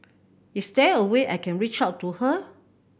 is there a way I can reach out to her